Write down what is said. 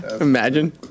Imagine